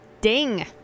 Ding